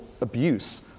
abuse